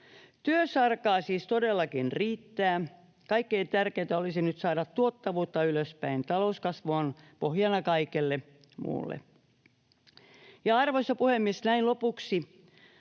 Työsarkaa siis todellakin riittää. Kaikkein tärkeintä olisi nyt saada tuottavuutta ylöspäin. Talouskasvu on pohjana kaikelle muulle. Ja, arvoisa puhemies, näin lopuksi: